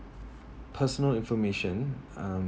personal information um